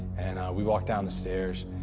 and we walk down the stairs,